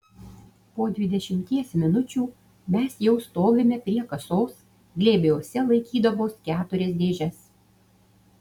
po dvidešimties minučių mes jau stovime prie kasos glėbiuose laikydamos keturias dėžes